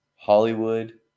hollywood